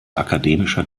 akademischer